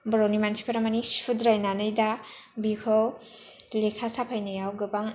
बर'नि मानसिफोरा मानि सुद्रायनानै दा बेखौ लेखा साफायनायाव गोबां